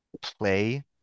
play